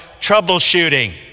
troubleshooting